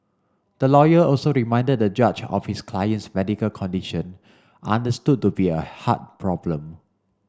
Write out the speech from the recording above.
the lawyer also reminded the judge of his client's medical condition understood to be a heart problem